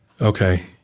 okay